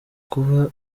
kuba